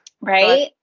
right